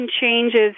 changes